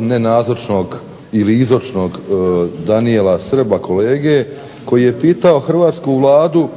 nenazočnog ili izočnog Daniela Srba kolege koji je pitao hrvatsku Vladu